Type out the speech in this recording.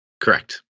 correct